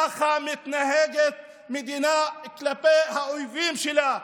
ככה מתנהגת מדינה כלפי האויבים שלה,